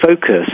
focus